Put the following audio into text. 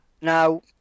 Now